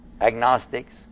agnostics